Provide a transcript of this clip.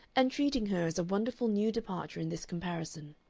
and treating her as a wonderful new departure in this comparison.